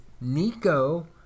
Nico